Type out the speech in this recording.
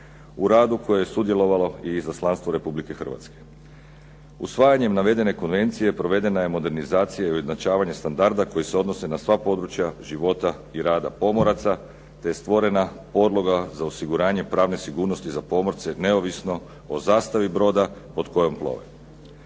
u radu u kojem je sudjelovalo i izaslanstvo Republike Hrvatske. Usvajanjem navedene konvencije provedena je modernizacija i ujednačavanje standarda koji se odnose na sva područja života i rada pomoraca te je stvorena podloga za osiguranje pravne sigurnosti za pomorce neovisno o zastavi broda pod kojom plove.